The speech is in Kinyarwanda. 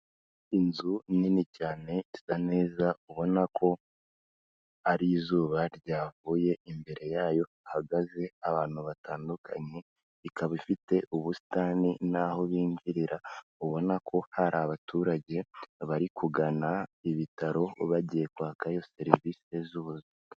Inzu nini cyane isa neza ubona ko ari izuba ryavuye, imbere yayo hahagaze abantu batandukanye ikaba ifite ubusitani n'aho binjirira, ubona ko hari abaturage bari kugana ibitaro bagiye kwaka iyo serivise z'ubuzima.